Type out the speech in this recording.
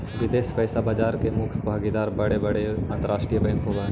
विदेश पइसा बाजार में मुख्य भागीदार बड़े बड़े अंतरराष्ट्रीय बैंक होवऽ हई